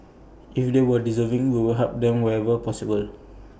if they are deserving we will help them wherever possible